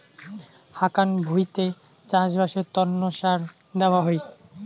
হাকান ভুঁইতে চাষবাসের তন্ন সার দেওয়া হই